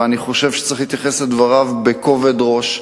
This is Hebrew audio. ואני חושב שצריך להתייחס לדבריו בכובד ראש.